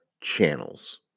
channels